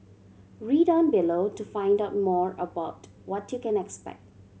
read on below to find out more about what you can expect